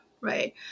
right